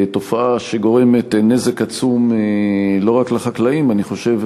תופעה שגורמת נזק עצום לא רק לחקלאים, אני חושב,